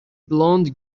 blonde